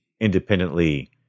Independently